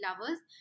lovers